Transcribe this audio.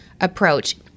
approach